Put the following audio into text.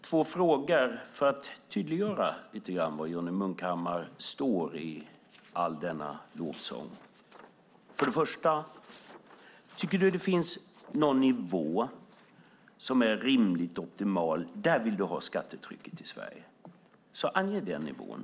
Herr talman! Jag har två frågor för att tydliggöra var Johnny Munkhammar står i all denna lovsång. För det första: Tycker Johnny Munkhammar att det finns någon nivå som är rimligt optimal där han vill ha skattetrycket i Sverige? Ange i så fall den nivån.